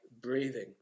breathing